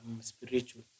spiritual